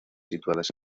situadas